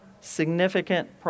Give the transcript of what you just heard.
significant